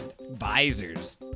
visors